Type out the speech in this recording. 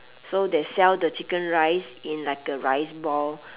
so they sell the chicken rice in like a rice ball